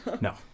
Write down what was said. No